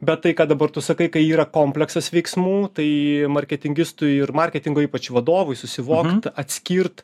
bet tai ką dabar tu sakai kai yra kompleksas veiksmų tai marketingistų ir marketingo ypač vadovui susivokt atskirt